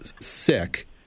sick